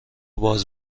باز